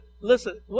Listen